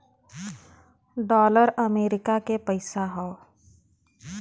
dollar America के पइसा हौ